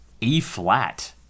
E-flat